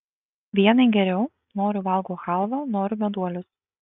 vienai geriau noriu valgau chalvą noriu meduolius